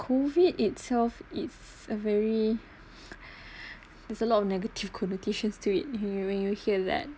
COVID itself it's a very there's a lot of negative connotations to it you when you hear that